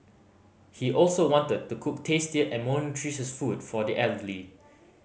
he also wanted to cook tastier and more nutritious food for the elderly